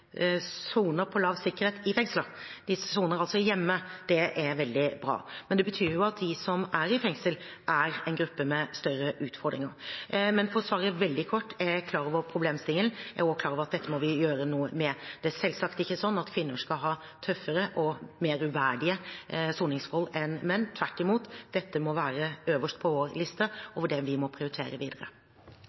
soner på lav sikkerhet i fengsler. Disse soner altså hjemme. Det er veldig bra. Men det betyr at de som er i fengsel, er en gruppe med større utfordringer. For å svare veldig kort: Jeg er klar over problemstillingen. Jeg er klar over at dette må vi gjøre noe med. Det er selvsagt ikke slik at kvinner skal ha tøffere og mer uverdige soningsforhold enn menn – tvert imot, dette må være øverst på vår liste over det vi må prioritere videre.